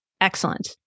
Excellent